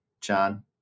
John